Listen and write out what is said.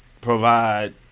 provide